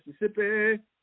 Mississippi